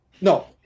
No